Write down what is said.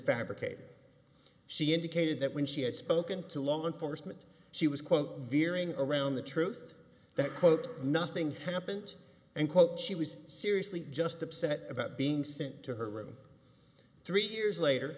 fabricated she indicated that when she had spoken to law enforcement she was quote veering around the truth that quote nothing happened and quote she was seriously just upset about being sent to her room three years later